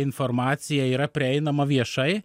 informacija yra prieinama viešai